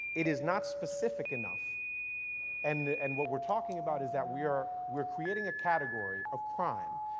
it is not specific enough and and what we're talking about is that we're we're creating a category of crime,